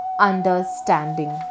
understanding